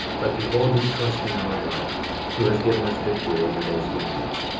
but behold, we trust in our god who has given us victory over those lands,